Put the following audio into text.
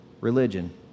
religion